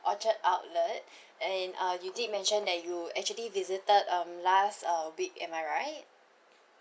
orchard outlet and uh you did mention that you actually visited um last uh week am I right